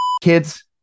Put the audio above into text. Kids